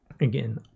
again